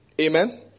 Amen